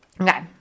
Okay